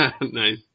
Nice